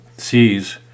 sees